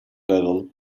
little